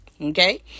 okay